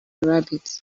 rabbit